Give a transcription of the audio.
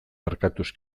erkatuz